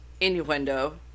innuendo